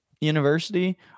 university